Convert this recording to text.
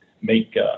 make